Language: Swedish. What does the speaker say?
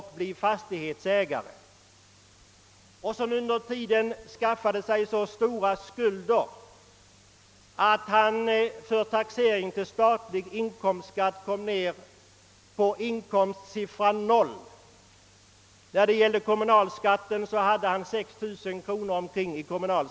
Härigenom skaffade han sig så stora skulder att han för taxering till statlig inkomstskatt fick inkomstsiffran 0 kronor. Till kommunalskatt taxerades han för ungefär 6000 kronor.